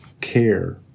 care